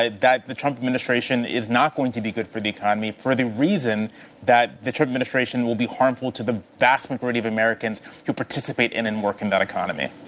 ah that the trump administration is not going to be good for the economy for the reason that the trump administration will be harmful to the vast majority of americans who participate in and working that economy.